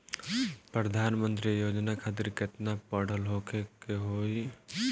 प्रधानमंत्री योजना खातिर केतना पढ़ल होखे के होई?